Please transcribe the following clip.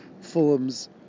Fulham's